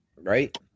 Right